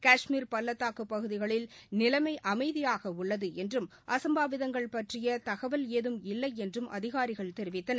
கஷ்மீர் பள்ளத்தாக்குப் பகுதிகளில் நிலைமைஅமைதியாகஉள்ளதுஎன்றும் அசம்பாவிதங்கள் பற்றியதகவல் ஏதும் இல்லைஎன்றும் அதிகாரிகள் தெரிவித்தனர்